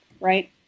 right